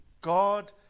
God